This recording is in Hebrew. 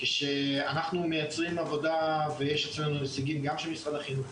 כשאנחנו מייצרים עבודה ויש אצלנו נציגים גם של משרד החינוך,